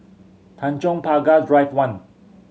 Tanjong Pagar Drive One